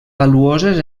valuoses